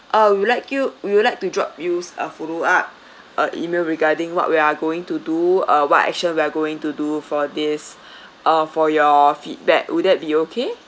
uh we would like you we would like to drop you a follow up uh email regarding what we are going to do uh what action we're going to do for this uh for your feedback would that be okay